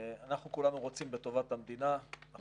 אנחנו כולנו רוצים בטובת המדינה,